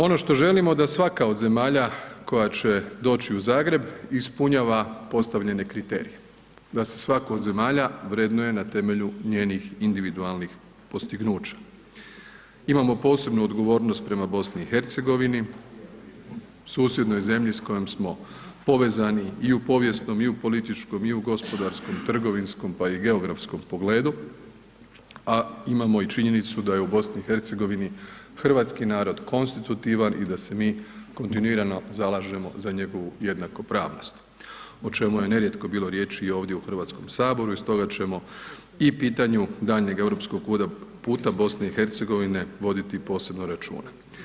Ono što želimo da svaka od zemalja koja će doći u Zagreb ispunjava postavljene kriterije, da se svaku od zemalja vrednuje na temelju njenih individualnih postignuća, imamo posebnu odgovornost prema BiH, susjednoj zemlji s kojom smo povezani i u povijesnom i u političkom i u gospodarskom, trgovinskom, pa i geografskom pogledu, a imamo i činjenicu da je u BiH hrvatski narod konstitutivan i da se mi kontinuirano zalažemo za njegovu jednakopravnost, o čemu je nerijetko bilo riječi i ovdje u HS i stoga ćemo i pitanju daljnjeg europskog … [[Govornik se ne razumije]] puta BiH voditi posebno računa.